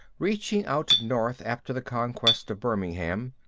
reaching out north after the conquest of birmingham,